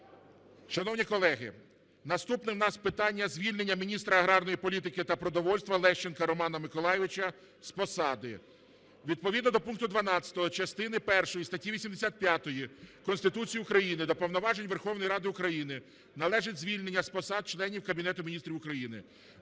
Шановні колеги, наступне у нас питання – звільнення Міністра аграрної політики та продовольства Лещенка Романа Миколайовича з посади. Відповідно до пункту 12 частини першої статті 85 Конституції України та повноважень Верховної Ради України належить звільнення з посад членів Кабінету Міністрів України.